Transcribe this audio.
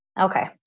Okay